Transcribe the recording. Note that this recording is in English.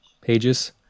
pages